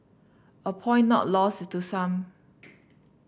a point not lost to some